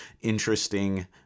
interesting